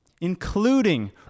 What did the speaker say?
including